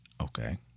Okay